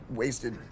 wasted